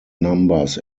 numbers